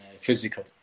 physical